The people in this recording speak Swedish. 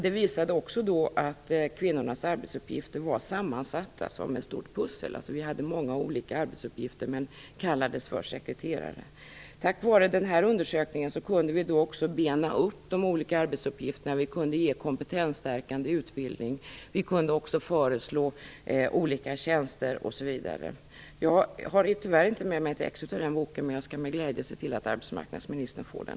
Den visade att kvinnornas arbetsuppgifter var sammansatta som ett stort pussel; de hade många olika arbetsuppgifter men kallades för sekreterare. Tack vare den undersökningen kunde vi då också bena upp de olika arbetsuppgifterna, vi kunde ge kompetensstärkande utbildning, vi kunde föreslå olika tjänster, osv. Jag har tyvärr inte med mig något exemplar av boken, men jag skall med glädje se till att arbetsmarknadsministern får den.